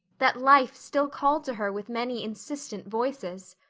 that life still called to her with many insistent voices.